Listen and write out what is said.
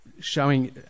showing